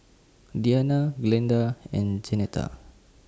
Diana Glenda and Jeanetta